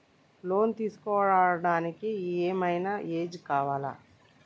Loan తీస్కోవడానికి ఏం ఐనా ఏజ్ కావాలా?